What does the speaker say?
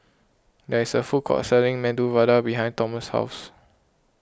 there is a food court selling Medu Vada behind Tomas' house